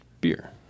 beer